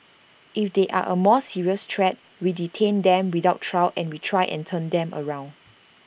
if they are A more serious threat we detain them without trial and we try and turn them around